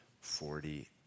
forty